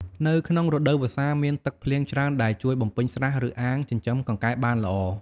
នៅក្នុងរដូវវស្សាមានទឹកភ្លៀងច្រើន ដែលជួយបំពេញស្រះ ឬអាងចិញ្ចឹមកង្កែបបានល្អ។